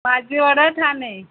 Bhajiwada Thane